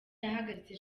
yahagaritse